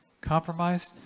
Compromised